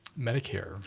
Medicare